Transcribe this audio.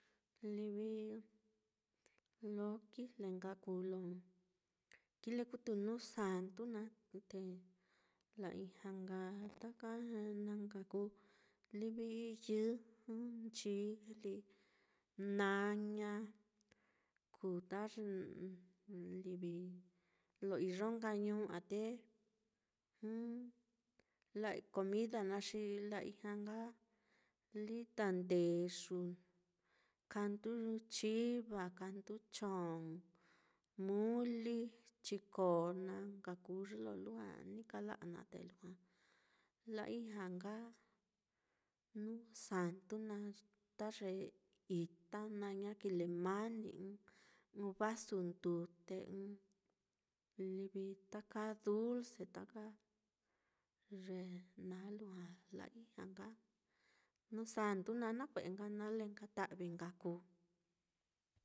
Livi lo kijle nka kuu lo kile kutu nuu santu naá, te la-ijña nka taka na nka kuu, livi yɨjɨ, nchijli, naña, kuu ta ye lo livi lo iyo nka ñuu á te la comida naá xi la-ijña nka lita ndeyuu, kandu chiva, kandu chong, muli, chiko, na nka kuu ye lo lujua ni kala'a naá, te lujua la-ijña nka nuu santu naá, ta ye itá naá ña kilemani, ɨ́ɨ́n vasu ndute ɨ́ɨ́n, livi taka dulce, taka ye naá lujua la-ijña nka nuu santu naá nakue nale nka ta'vi nka kuu.